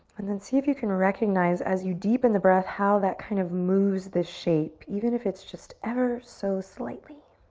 and then see if you can recognize, as you deepen the breath, how that kind of moves the shape, even if it's just ever so slightly.